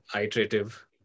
iterative